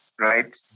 right